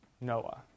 Noah